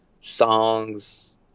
songs